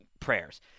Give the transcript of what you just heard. prayers